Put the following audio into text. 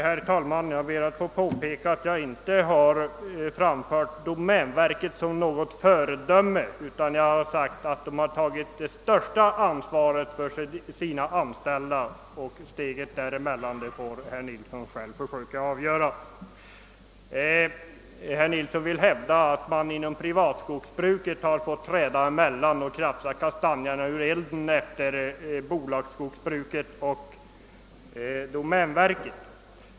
Herr talman! Jag ber att få påpeka att jag inte har talat om domänverket som något föredöme, utan jag har bara sagt att domänverket tagit det största ansvaret för sina anställda. Skillnaden får herr Nilsson i Tvärålund själv försöka avgöra. Herr Nilsson hävdar att privatskogsbruket fått träda emellan för att kratsa kastanjerna ur elden efter bolagsskogsbruket och domänverket.